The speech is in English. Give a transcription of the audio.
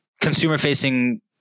consumer-facing